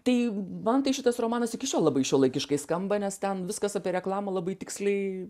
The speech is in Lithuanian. tai man tai šitas romanas iki šiol labai šiuolaikiškai skamba nes ten viskas apie reklamą labai tiksliai